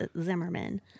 Zimmerman